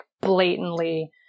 blatantly